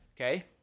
okay